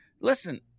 listen